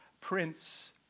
Prince